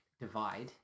divide